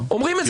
אומרים את זה.